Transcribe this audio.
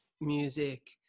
music